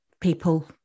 people